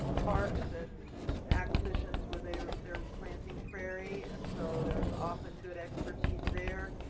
parks and acquisitions where they're they're planting prairie. and so there is often good expertise there.